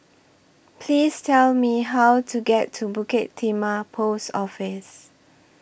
Please Tell Me How to get to Bukit Timah Post Office